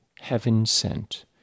heaven-sent